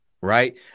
right